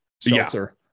Seltzer